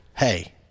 Hey